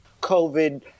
COVID